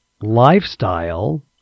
lifestyle